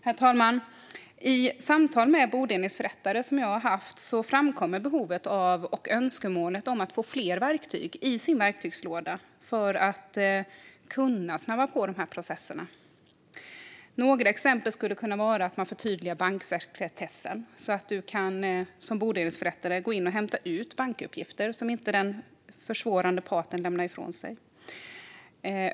I samtal som jag har haft med bodelningsförrättare framkommer behovet av och önskemålet om att få fler verktyg i verktygslådan för att kunna snabba på processerna. Några exempel: Man skulle kunna förtydliga banksekretessen så att bodelningsförrättaren kan gå in och hämta ut bankuppgifter som den försvårande parten inte lämnar ifrån sig.